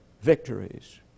victories